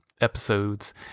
episodes